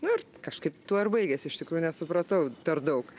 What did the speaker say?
nu ir kažkaip tuo ir baigės iš tikrųjų nesupratau per daug